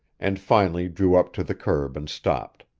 and finally drew up to the curb and stopped.